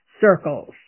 circles